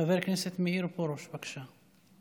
חבר הכנסת מאיר פרוש, בבקשה.